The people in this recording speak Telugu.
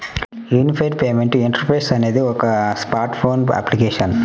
యూనిఫైడ్ పేమెంట్ ఇంటర్ఫేస్ అనేది ఒక స్మార్ట్ ఫోన్ అప్లికేషన్